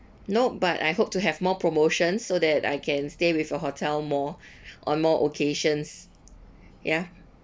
nope but I hope to have more promotions so that I can stay with your hotel more on more occasions ya